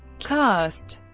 cast